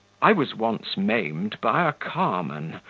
i was once maimed by a carman,